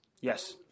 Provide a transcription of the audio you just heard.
Yes